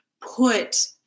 put